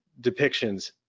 depictions